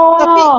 tapi